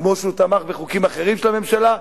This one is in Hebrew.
כמו שהוא תמך בחוקים אחרים של הממשלה,